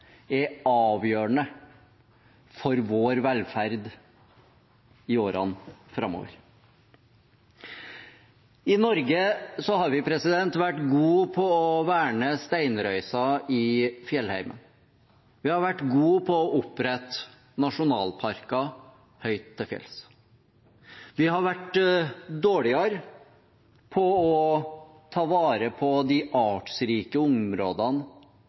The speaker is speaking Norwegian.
er avgjørende for vår velferd i årene framover. I Norge har vi vært gode på å verne steinrøyser i fjellheimen. Vi har vært gode på å opprette nasjonalparker høyt til fjells. Vi har vært dårligere på å ta vare på de artsrike